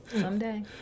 Someday